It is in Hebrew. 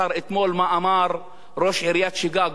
מה אמר אתמול ראש עיריית שיקגו,